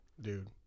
dude